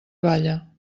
balla